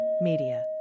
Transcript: Media